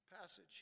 passage